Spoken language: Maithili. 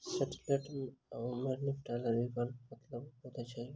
सेटलमेंट आओर निपटान विकल्पक मतलब की होइत छैक?